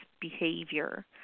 behavior